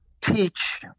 teach